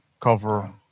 cover